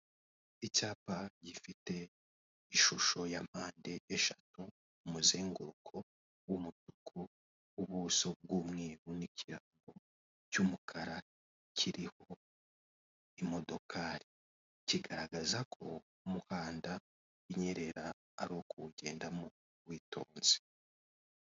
Icyapa gifite ishusho ya mpande eshatu umuzenguruko w'umutuku ubuso bw'umweru n'ikirangantego cy'umukara kiriho imodokari kigaragaza ko umuhanda unyerera ari ukuwugendamo witonze.